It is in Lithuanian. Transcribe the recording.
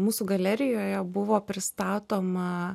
mūsų galerijoje buvo pristatoma